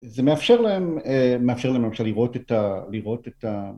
זה מאפשר להם, מאפשר להם למשל לראות את ה... לראות את ה...